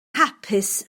hapus